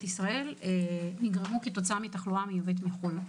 ישראל נגרמו מתחלואה מיובאת מחו"ל.